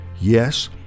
yes